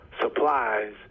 supplies